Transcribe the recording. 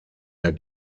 der